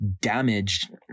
damaged